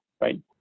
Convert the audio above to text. right